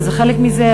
וזה חלק מזה,